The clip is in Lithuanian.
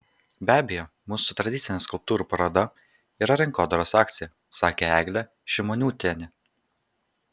be abejo mūsų tradicinė skulptūrų paroda yra rinkodaros akcija sakė eglė šimoniūtienė